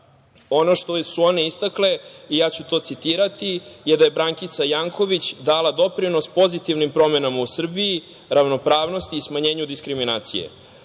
Ono što su one istakle, ja ću to citirati – da je Brankica Janković dala doprinos pozitivnim promenama u Srbiji, ravnopravnosti i smanjenju diskriminacije.